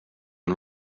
and